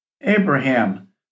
Abraham